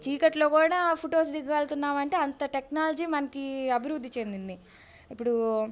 చీకట్లో కూడా ఫొటోస్ దిగలుగుతున్నామంటే అంత టెక్నాలజీ మనకు అభివృద్ధి చెందింది ఇప్పుడు